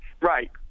Right